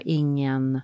ingen